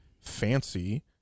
fancy